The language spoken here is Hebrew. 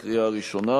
יש הודעה.